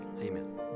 amen